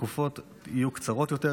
התקופות יהיו קצרות יותר,